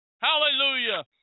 Hallelujah